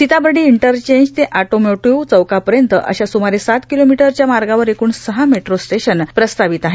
Sitabardi interchange ते automotive चौकापर्यंत अश्या सूमारे सात किलोमीटरचा मार्गावर एकृण सहा मेट्रो स्टेशन प्रस्तावित आहे